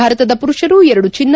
ಭಾರತದ ಮರುಷರು ಎರಡು ಚಿನ್ನ